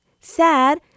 sad